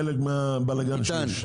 יש חלק בבלגן שיש